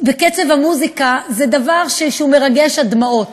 בקצב המוזיקה, זה מרגש עד דמעות.